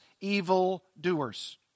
evildoers